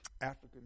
African